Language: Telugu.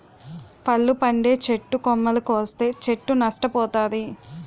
పళ్ళు పండే చెట్టు కొమ్మలు కోస్తే చెట్టు నష్ట పోతాది